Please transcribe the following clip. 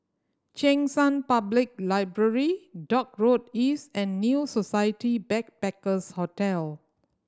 Cheng San Public Library Dock Road East and New Society Backpackers' Hotel